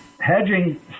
Hedging